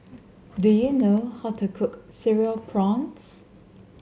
do you know how to cook Cereal Prawns